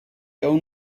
own